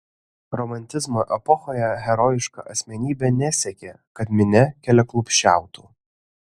romantizmo epochoje herojiška asmenybė nesiekė kad minia keliaklupsčiautų